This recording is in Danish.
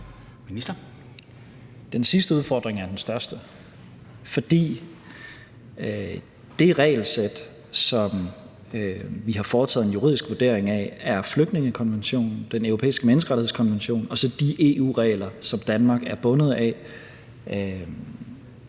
Tesfaye): Den sidste udfordring er den største, for der er ikke noget i de regelsæt, som vi har foretaget en juridisk vurdering af, og det er flygtningekonventionen, Den Europæiske Menneskerettighedskonvention og så de EU-regler, som Danmark er bundet af